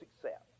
success